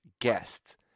guest